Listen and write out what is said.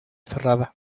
cerrada